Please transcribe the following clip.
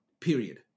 period